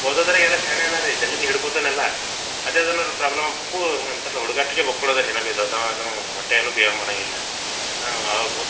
ಓದೋದರಾಗೆಲ್ಲ ಶ್ಯಾಣೆ ಆನಾ ರೀ ಜಲ್ದಿನೆ ಹಿಡಕೋತಾನೆಲ್ಲ ಅದೆ ಅದ ನೋಡಿರಿ ಪ್ರಾಬ್ಲಮ ಪೂ ಅಂತರಲ್ಲ ಹುಡ್ಗಾಟ್ಗೆ ಮುಕ್ಳುದರಿ ಜಿನೇಬಿ ದೊಡ್ಡೋ ಆಗಿಯಾವ ಒಟ್ಟು ಏನು ಬಿಹವ್ ಮಾಡೋಂಗಿಲ್ಲ ಹಾಂ ಅವು